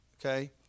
Okay